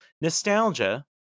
nostalgia